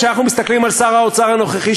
כשאנחנו מסתכלים על שר האוצר הנוכחי,